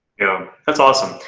yeah. that's awesome.